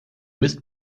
mist